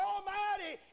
Almighty